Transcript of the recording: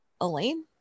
elaine